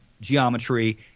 geometry